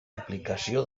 aplicació